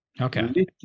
okay